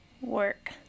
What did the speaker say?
work